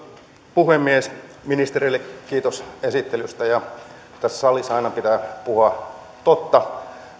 puhemies ministereille kiitos esittelystä tässä salissahan aina pitää puhua totta